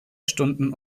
stunden